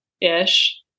ish